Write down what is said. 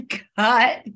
cut